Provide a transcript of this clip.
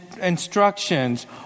instructions